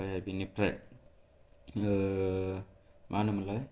आमफ्राय बेनिफ्राय माहोनोन मोनलाय